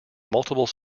multiple